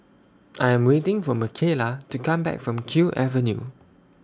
I Am waiting For Michaela to Come Back from Kew Avenue